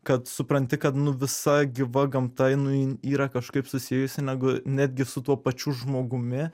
kad supranti kad nu visa gyva gamta jinai yra kažkaip susijusi negu netgi su tuo pačiu žmogumi